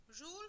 Rule